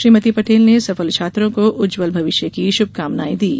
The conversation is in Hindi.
श्रीमती पटेल ने सफल छात्रों को उज्जवल भविष्य की शुभकामनाएँ दीं